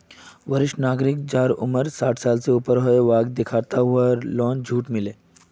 वरिष्ठ नागरिक जहार उम्र साठ साल से ज्यादा हो छे वाहक दिखाता हुए लोननोत कुछ झूट मिले